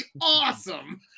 awesome